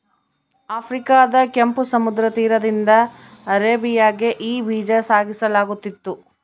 ಆಫ್ರಿಕಾದ ಕೆಂಪು ಸಮುದ್ರ ತೀರದಿಂದ ಅರೇಬಿಯಾಗೆ ಈ ಬೀಜ ಸಾಗಿಸಲಾಗುತ್ತಿತ್ತು